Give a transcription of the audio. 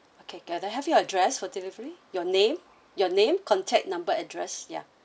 okay can I have your address for delivery your name your name contact number address ya